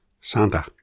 Santa